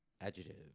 adjective